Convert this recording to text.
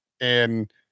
and-